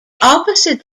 opposite